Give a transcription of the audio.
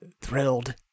thrilled